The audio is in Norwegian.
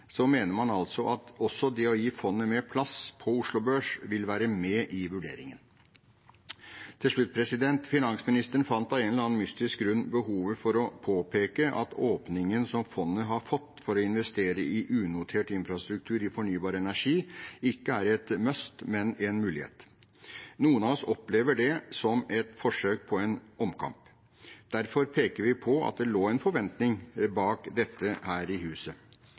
mener altså at også det å gi fondet mer plass på Oslo Børs, bør være med i vurderingen. Til slutt: Finansministeren fant av en eller annen mystisk grunn behov for å påpeke at åpningen som fondet har fått for å investere i unotert infrastruktur i fornybar energi, ikke er et «must», men en mulighet. Noen av oss opplever det som et forsøk på omkamp. Derfor peker vi på at det lå en forventning bak dette her i huset.